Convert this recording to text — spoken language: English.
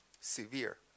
severe